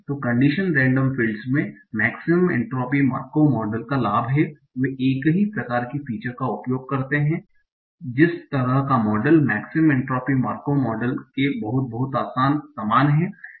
तो conditional random fields में maximum entropy Markov model का लाभ है वे एक ही प्रकार की फीचर्स का उपयोग करते हैं जिस तरह का model maximum entropy Markov model के बहुत बहुत समान है